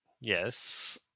Yes